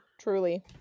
Truly